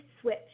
switch